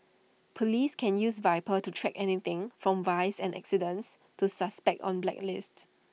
Police can use Viper to track anything from vice and accidents to suspects on blacklists